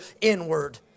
inward